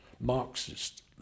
Marxist